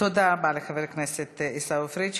תודה רבה לחבר הכנסת עיסאווי פריג'.